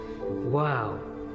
wow